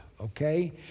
okay